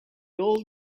old